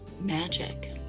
magic